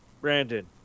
brandon